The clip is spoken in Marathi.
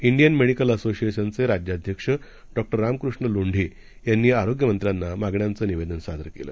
इंडियन मेडिकल असोसिएशन चे राज्याध्यक्ष डॉ रामकृष्ण लोंढे यांनी आरोग्यमंत्र्यांना मागण्यांचं निवेदन सादर केलं